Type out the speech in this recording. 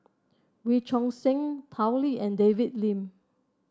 Wee Choon Seng Tao Li and David Lim